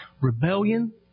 Rebellion